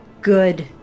good